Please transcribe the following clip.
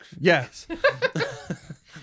Yes